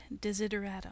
desideratum